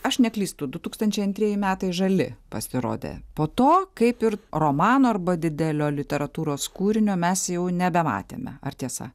aš neklystu du tūkstančiai antireji metai žali pasirodė po to kaip ir romano arba didelio literatūros kūrinio mes jau nebematėme ar tiesa